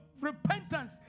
repentance